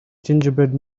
gingerbread